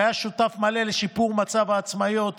שהיה שותף מלא לשיפור מצב העצמאיות.